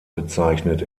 bezeichnet